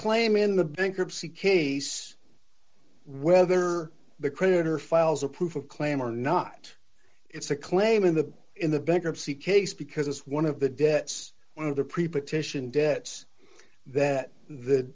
claim in the bankruptcy case whether the creditor files are proof of claim or not it's a claim in the in the bankruptcy case because it's one of the debts one of the pre partition debts that the